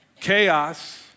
chaos